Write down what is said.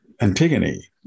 Antigone